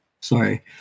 Sorry